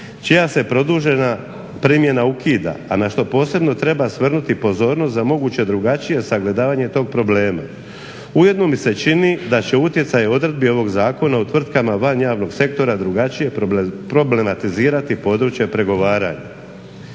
čija se produžena primjena ukida, a na što posebno treba svrnuti pozornost za moguće drugačije sagledavanje tog problema. Ujedno mi se čini da će utjecaj odredbi ovog zakona u tvrtkama van javnog sektora drugačije problematizirati područje pregovaranja.